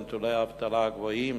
נתוני האבטלה הגבוהים,